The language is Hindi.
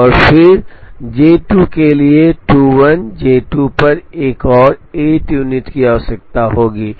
और फिर जे 2 के लिए 21 जे 2 पर एक और 8 यूनिट की आवश्यकता होगी